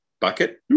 bucket